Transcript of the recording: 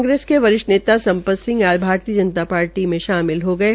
कांग्रेस के वरिष्ठ नेता सम्पत सिंह आज भारतीय जनता पार्टी में शामिल हो गये